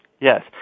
Yes